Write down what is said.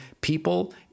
people